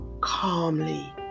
calmly